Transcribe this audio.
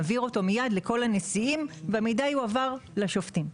מעביר אותו מיד לכל הנשיאים והמידע יועבר לשופטים.